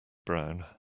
brown